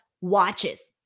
watches